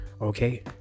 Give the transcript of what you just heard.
okay